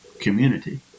community